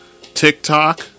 TikTok